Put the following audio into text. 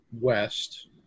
west